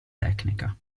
tecnica